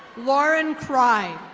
lauren cry.